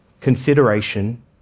consideration